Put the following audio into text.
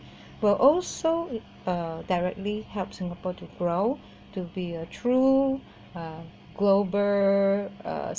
we're also uh directly help singapore to grow to be a true uh global uh